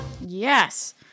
Yes